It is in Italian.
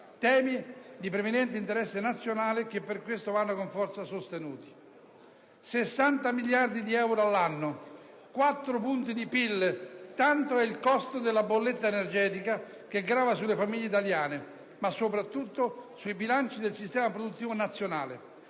Temi di preminente interesse nazionale che per questo vanno con forza sostenuti. Sessanta miliardi di euro all'anno, quattro punti percentuali di PIL: tanto è il costo della bolletta energetica che grava sulle famiglie italiane, ma soprattutto sui bilanci del sistema produttivo nazionale.